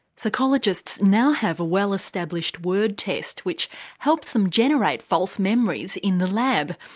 psychologists now have a well established word test which helps them generate false memories in the lab.